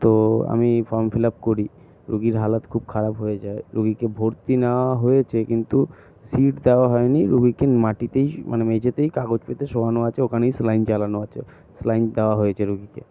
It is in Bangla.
তো আমি ফর্ম ফিল আপ করি রুগীর হালাত খুব খারাপ হয়ে যায় রুগীকে ভর্তি নেওয়া হয়েছে কিন্তু সিট দেওয়া হয় নি রুগীকে মাটিতেই মানে মেঝেতেই কাগজ পেতে শোওয়ানো আছে ওখানেই স্যালাইন চালানো আছে স্যালাইন দেওয়া হয়েছে রুগীকে